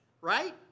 right